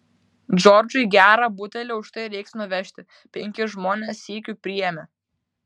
džordžui gerą butelį už tai reiks nuvežti penkis žmones sykiu priėmė